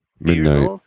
midnight